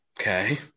okay